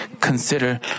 consider